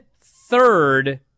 third